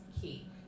key